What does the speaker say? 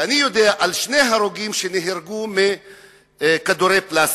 אני יודע על שני הרוגים שנהרגו מכדורי פלסטיק.